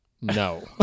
No